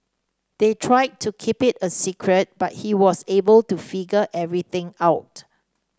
they tried to keep it a secret but he was able to figure everything out